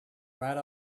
right